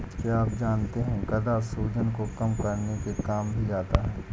क्या आप जानते है गदा सूजन को कम करने के काम भी आता है?